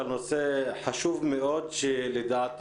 אני רוצה לדבר על נושא חשוב ביותר שלדעתי